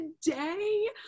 today